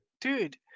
dude